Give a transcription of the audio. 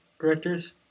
directors